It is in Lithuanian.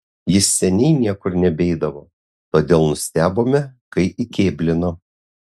jis seniai niekur nebeidavo todėl nustebome kai įkėblino